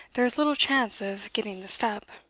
there is little chance of getting the step.